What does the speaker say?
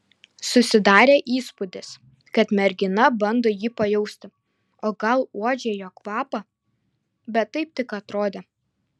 susidarė įspūdis kad mergina bando jį pajausti o gal uodžia jo kvapą bet taip tik atrodė